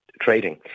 Trading